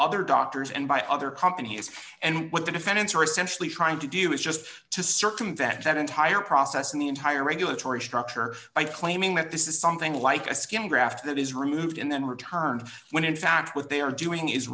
other doctors and by other companies and what the defendants are essentially trying to do is just to circumvent that entire process and the entire regulatory structure by claiming that this is something like a skin graft that is removed and then returned when in fact what they are doing is